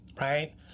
right